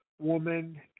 woman